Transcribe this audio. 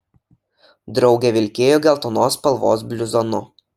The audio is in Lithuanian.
draugė vilkėjo geltonos spalvos bluzonu